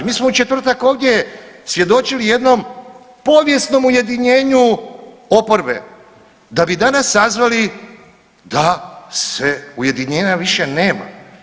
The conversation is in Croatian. Mi smo u četvrtak ovdje svjedočili jednom povijesnom ujedinjenju oporbe, da bi danas saznali da se ujedinjenja više nema.